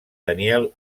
daniel